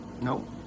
nope